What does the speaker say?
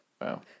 Wow